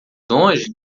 longe